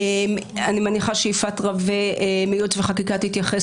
אני מניחה שיפעת רווה מייעוץ וחקיקה תתייחס